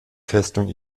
festung